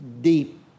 deep